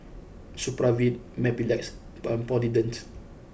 Supravit Mepilex and Polident